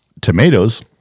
tomatoes